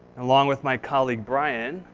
along with my colleague, brian,